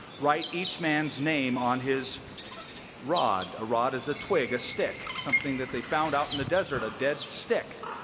write each man's name on his rod a rod is a twig, a stick, something that they found out in the desert, a dead stick.